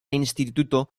instituto